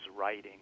writing